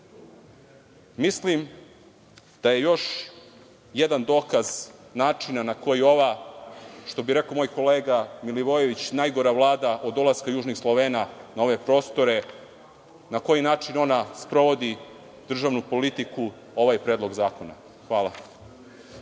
Srbije. Mislim da je još jedan dokaz načina na koji ova, što bi rekao moj kolega Milivojević, najgora vlada od dolaska Južnih Slovena na ove prostore, na koji način ona sprovodi državnu politiku, je ovaj predlog zakona. Hvala.